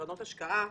קרנות השקעה,